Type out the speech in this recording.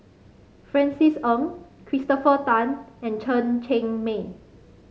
Francis Ng Christopher Tan and Chen Cheng Mei